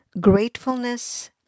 Gratefulness